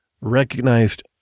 recognized